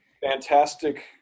Fantastic